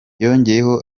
yongeyeho